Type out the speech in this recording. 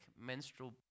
menstrual